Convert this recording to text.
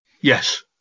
Yes